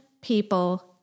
people